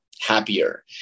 happier